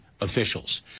officials